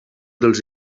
dels